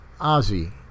Ozzy